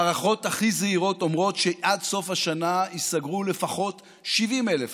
ההערכות הכי זהירות אומרות שעד סוף השנה ייסגרו לפחות 70,000 עסקים.